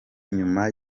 nyuma